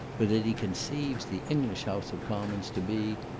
but that he conceives the english house of commons to be,